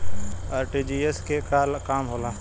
RTGS के का काम होला?